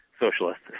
socialist